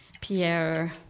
Pierre